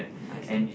I see